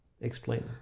explain